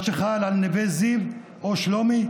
מה שחל על נווה זיו או שלומי,